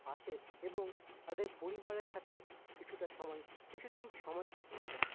আসে এবং তাদের পরিবারের সাথে কিছুটা সময় কিছুদিন সময় কাটানো যায়